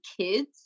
kids